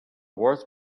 wars